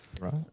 Right